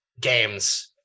games